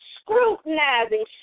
scrutinizing